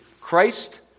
Christ